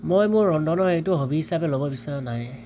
মই মোৰ ৰন্ধনৰ হেৰিটো হবী হিচাপে ল'ব বিচৰা নাই